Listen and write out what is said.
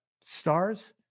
Stars